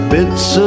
Bits